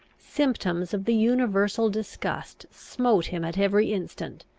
symptoms of the universal disgust smote him at every instant,